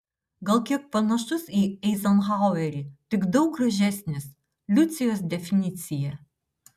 gal kiek panašus į eizenhauerį tik daug gražesnis liucijos definicija